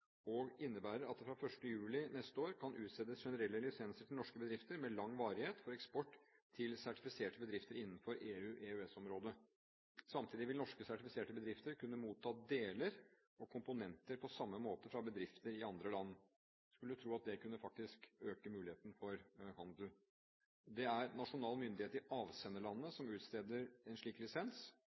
og innebærer at det fra 1. juli neste år kan utstedes generelle lisenser til norske bedrifter med lang varighet for eksport til sertifiserte bedrifter innenfor EU/EØS-området. Samtidig vil norske sertifiserte bedrifter kunne motta deler og komponenter på samme måte fra bedrifter i andre land. En skulle tro at det faktisk kunne øke muligheten for handel. Det er nasjonal myndighet i avsenderlandene som utsteder en slik lisens